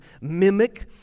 mimic